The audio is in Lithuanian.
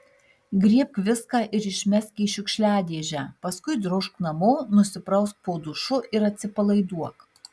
griebk viską ir išmesk į šiukšliadėžę paskui drožk namo nusiprausk po dušu ir atsipalaiduok